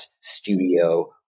Studio